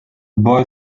boy